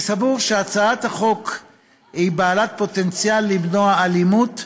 אני סבור שהצעת החוק היא בעלת פוטנציאל למנוע אלימות,